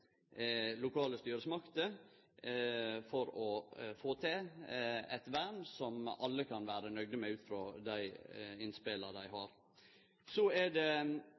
lokale styresmakter for å få til eit vern som alle kan vere nøgde med ut frå dei innspela dei har. Rovviltpolitikken og dei utfordringane det er